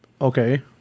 Okay